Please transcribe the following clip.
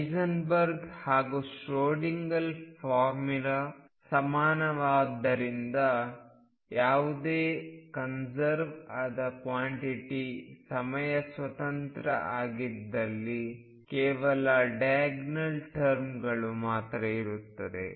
Heisenberg ಹಾಗೂ Schrodinger formula ಸಮಾನವಾದರಿಂದ ಯಾವುದೇ ಕನ್ಸರ್ವ್ ಆದ ಕ್ವಾಂಟಿಟಿ ಸಮಯ ಸ್ವತಂತ್ರ ಆಗಿದ್ದಲ್ಲಿ ಕೇವಲ ಡಯಾಗನಲ್ ಟರ್ಮ್ಗಳು ಮಾತ್ರ ಇರುತ್ತದೆ